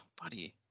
buddy